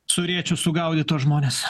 su rėčiu sugaudyt tuos žmones